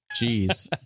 Jeez